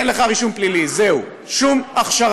שאין לך רישום פלילי, זהו, שום הכשרה,